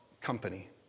company